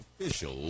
official